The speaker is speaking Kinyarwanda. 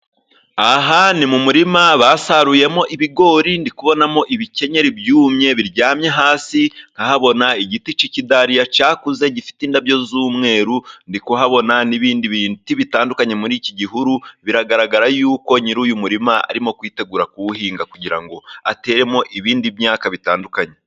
Aha ni mu murima basaruyemo ibigori, ndabonamo ibikenyeri byumye biryamye hasi, nkahabona igiti cy'ikidariya cyakuze gifite indabyo z'umweru, ndi kuhabona n'ibindi biti bitandukanye, muri iki gihuru biragaragara yuko nyir'uyu murima arimo kwitegura kuwuhinga, kugira ngo ateremo indi myaka itandukanye.